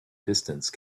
distance